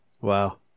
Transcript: Wow